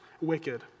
wicked